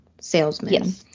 salesman